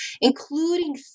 including